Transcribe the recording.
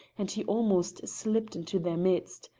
and he almost slipped into their midst.